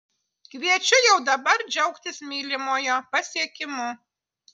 kviečiu jau dabar džiaugtis mylimojo pasiekimu